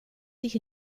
sich